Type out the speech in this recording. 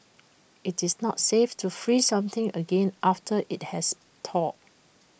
IT is not safe to freeze something again after IT has thawed